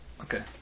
Okay